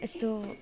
यस्तो